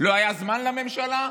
לא היה זמן לממשלה?